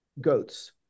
goats